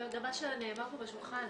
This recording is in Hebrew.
זה גם מה שנאמר פה בשולחן.